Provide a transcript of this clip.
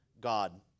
God